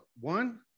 one